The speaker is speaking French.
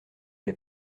les